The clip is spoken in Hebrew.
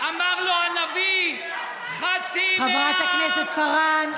אמר לו הנביא: חצי מהעם, חברת הכנסת פארן.